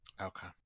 Okay